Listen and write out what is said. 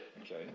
Okay